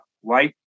white